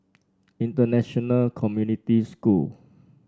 International Community School